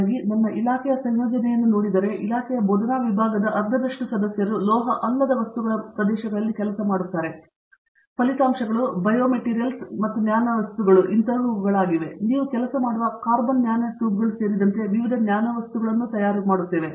ಹಾಗಾಗಿ ನನ್ನ ಇಲಾಖೆಯ ಸಂಯೋಜನೆಯನ್ನು ನೋಡಿದರೆ ಇಲಾಖೆಯ ಬೋಧನಾ ವಿಭಾಗದ ಅರ್ಧದಷ್ಟು ಸದಸ್ಯರು ಲೋಹವಲ್ಲದ ವಸ್ತುಗಳ ಪ್ರದೇಶಗಳಲ್ಲಿ ಕೆಲಸ ಮಾಡುತ್ತಾರೆ ಮತ್ತು ಫಲಿತಾಂಶಗಳು ಬಯೋಮೆಟೀರಿಯಲ್ಸ್ ನ್ಯಾನೊವಸ್ತುಗಳು ಸರಿಯಾಗಿವೆ ನೀವು ಕೆಲಸ ಮಾಡುವ ಕಾರ್ಬನ್ ನ್ಯಾನೊಟ್ಯೂಬ್ಗಳು ಸೇರಿದಂತೆ ವಿವಿಧ ನ್ಯಾನೊವಸ್ತುಗಳು ಇವೆ